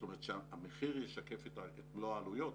זאת אומרת שהמחיר ישקף את מלוא העלויות,